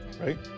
right